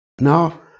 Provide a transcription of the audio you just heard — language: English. Now